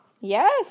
yes